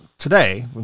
Today